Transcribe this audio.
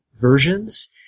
versions